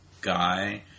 guy